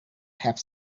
have